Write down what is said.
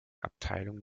abteilung